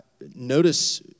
Notice